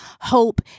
hope